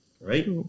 right